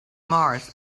mars